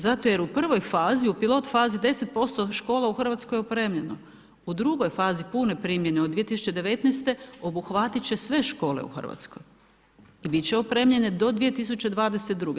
Zato jer u prvoj fazi, u pilot fazi, 10% od škola u Hrvatskoj je opremljeno, u drugoj fazi, punoj primjeni od 2019. obuhvatiti će sve škole u Hrvatskoj, biti će opremljene do 2022.